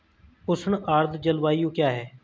उष्ण आर्द्र जलवायु क्या है?